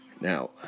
Now